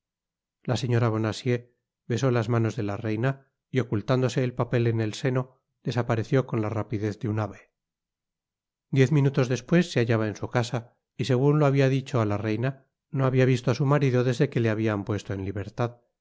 la señora bonacieux besó las manos de la reina y ocultándose el papel en el seno desapareció con la rapidez de un ave diez minutos despues se hallaba en su casa y segun lo habia dicho á la reina no habia visto á su marido desde que le habia puesto en libertad